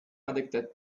addicted